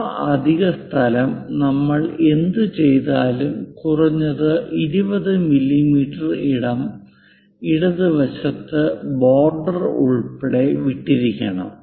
ആ അധിക സ്ഥലം നമ്മൾ എന്ത് ചെയ്താലും കുറഞ്ഞത് 20 മില്ലീമീറ്റർ ഇടം ഇടത് വശത്ത് ബോർഡർ ഉൾപ്പടെ വിട്ടിരിക്കണം